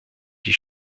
die